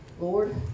Lord